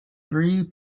three